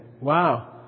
wow